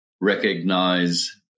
recognize